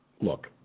look